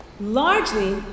largely